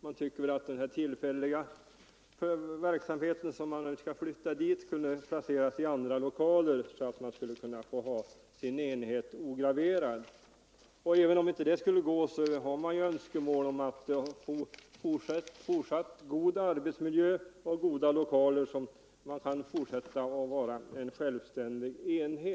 Man tycker väl att den här tillfälliga verksamheten som nu skall flyttas dit skulle kunna placeras i andra lokaler så att man kan få ha sin enhet ograverad. I den mån detta icke är möjligt har man Nr 122 önskemål om en fortsatt god arbetsmiljö och goda lokaler så att man Torsdagen den kan förbli en självständig enhet.